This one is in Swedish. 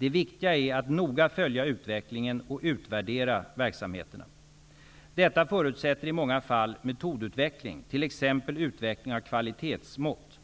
Det viktiga är att noga följa utvecklingen och utvärdera verksamheterna. Detta förutsätter i många fall metodutveckling, t.ex. utveckling av kvalitetsmått.